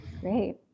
Great